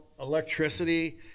electricity